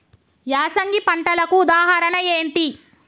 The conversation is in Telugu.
యాసంగి పంటలకు ఉదాహరణ ఏంటి?